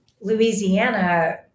Louisiana